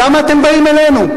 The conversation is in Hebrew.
למה אתם באים אלינו,